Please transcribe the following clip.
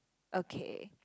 okay